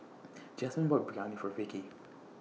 Jasmine bought Biryani For Vicie